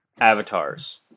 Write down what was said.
avatars